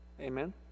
Amen